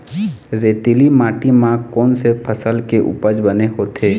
रेतीली माटी म कोन से फसल के उपज बने होथे?